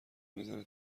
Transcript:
میزنه